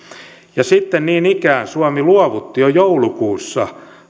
sitten niin ikään suomi luovutti jo joulukuussa